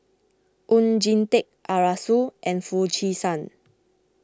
Oon Jin Teik Arasu and Foo Chee San